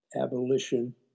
abolition